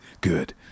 good